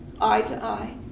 eye-to-eye